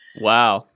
Wow